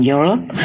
Europe